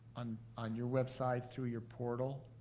on on your website through your portal.